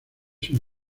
sin